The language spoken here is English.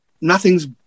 nothing's